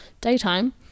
daytime